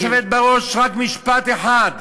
גברתי היושבת-ראש, רק משפט אחד.